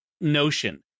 notion